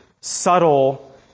subtle